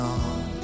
on